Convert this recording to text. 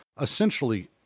essentially